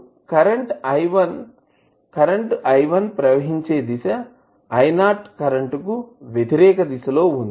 ఇప్పుడు i1 current ప్రవహించే దిశ i0 కరెంటు కు వ్యతిరేక దిశలో ఉంది